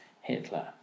Hitler